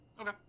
okay